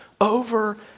over